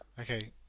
Okay